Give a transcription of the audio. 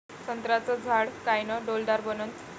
संत्र्याचं झाड कायनं डौलदार बनन?